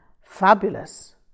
Fabulous